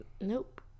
Nope